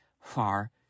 far